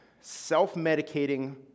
self-medicating